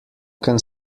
can